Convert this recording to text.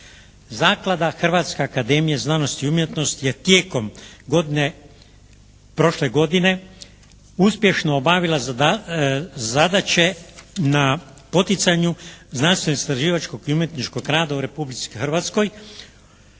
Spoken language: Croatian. Zaklada Hrvatske akademije znanosti i umjetnosti je tijekom godine, prošle godine uspješno obavila zadaće na poticanju znanstvenog istraživačkog i umjetničkog rada u Republici Hrvatskoj